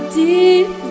deep